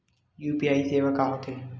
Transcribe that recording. UPI सेवा का होथे?